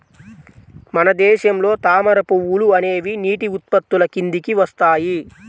మన దేశంలో తామర పువ్వులు అనేవి నీటి ఉత్పత్తుల కిందికి వస్తాయి